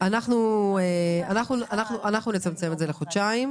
אנחנו נצמצם את זה לחודשיים.